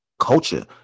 culture